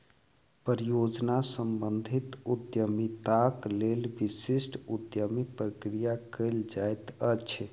परियोजना सम्बंधित उद्यमिताक लेल विशिष्ट उद्यमी प्रक्रिया कयल जाइत अछि